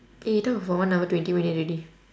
eh we done for one hour twenty minute already